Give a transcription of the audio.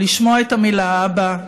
לשמוע את המילה "אבא",